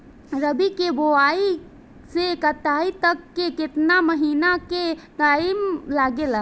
रबी के बोआइ से कटाई तक मे केतना महिना के टाइम लागेला?